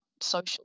social